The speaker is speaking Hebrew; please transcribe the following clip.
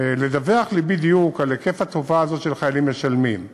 לדווח לי בדיוק על היקף התופעה הזו של חיילים משלמים,